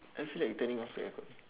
I feel like turning off the aircon